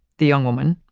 the young woman,